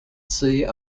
sea